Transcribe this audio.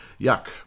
Yuck